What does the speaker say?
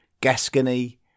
Gascony